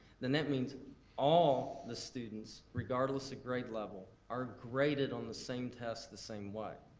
then that means all the students regardless of grade level are graded on the same test the same way.